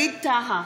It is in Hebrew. ווליד טאהא,